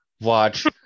watch